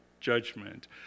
judgment